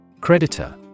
Creditor